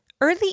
early